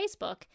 Facebook